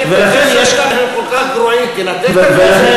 הם כל כך גרועים, הם כל כך רעים, אז תנתק את הקשר.